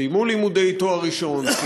סיימו לימודי תואר ראשון,